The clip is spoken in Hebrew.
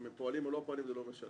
אם הם פועלים או לא זה לא משנה.